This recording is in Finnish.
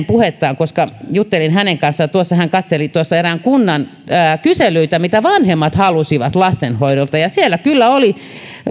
puhetta koska juttelin hänen kanssaan hän katseli tuossa erään kunnan kyselyitä mitä vanhemmat halusivat lastenhoidolta ja siellä kyllä oli